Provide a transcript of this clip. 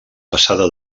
passada